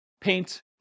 paint